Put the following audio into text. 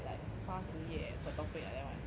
八十页 per topic ah that one